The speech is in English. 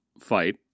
fight